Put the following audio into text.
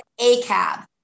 ACAB